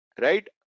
right